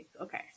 Okay